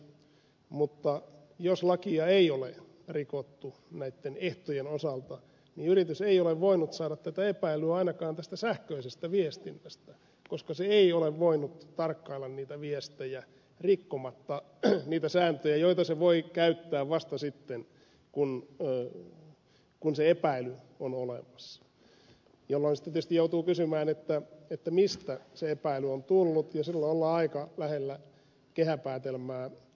mutta jos lakia ei ole rikottu näitten ehtojen osalta niin yritys ei ole voinut saada tätä epäilyä ainakaan tästä sähköisestä viestinnästä koska se ei ole voinut tarkkailla niitä viestejä rikkomatta niitä sääntöjä joita se voi käyttää vasta sitten kun se epäily on olemassa jolloin sitten tietysti joutuu kysymään mistä se epäily on tullut ja silloin ollaan aika lähellä kehäpäätelmää